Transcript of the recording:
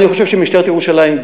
אני חושב שמשטרת ירושלים,